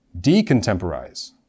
Decontemporize